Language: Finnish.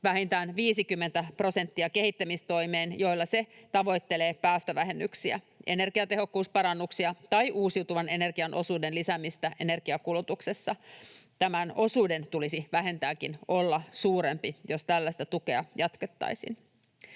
vähintään 50 prosenttia kehittämistoimeen, jolla se tavoittelee päästövähennyksiä, energiatehokkuusparannuksia tai uusiutuvan energian osuuden lisäämistä energiankulutuksessa. Tämän osuuden tulisi vähintäänkin olla suurempi, jos tällaista tukea jatkettaisiin.